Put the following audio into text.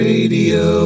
Radio